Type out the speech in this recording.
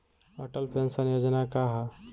Atal pension योजना का ह?